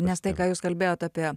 nes tai ką jūs kalbėjot apie